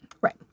right